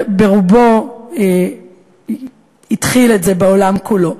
שברובו, התחיל את זה בעולם כולו.